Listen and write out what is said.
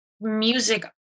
music